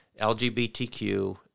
LGBTQ